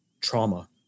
trauma